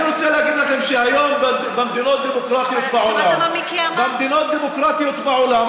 אני רוצה להגיד לכם שהיום במדינות דמוקרטיות בעולם,